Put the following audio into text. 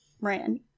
ran